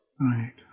Right